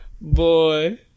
boy